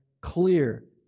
clear